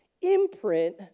imprint